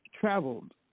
traveled